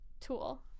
Tool